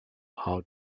how